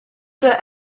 that